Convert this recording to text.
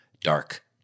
dark